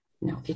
No